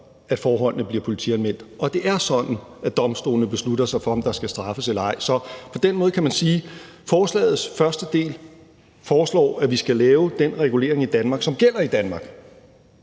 at forholdene bliver politianmeldt, og at domstolene beslutter sig for, om der skal straffes eller ej. Så på den måde kan man sige, at forslagets første del foreslår, at vi skal lave den regulering i Danmark – som gælder i Danmark.